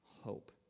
hope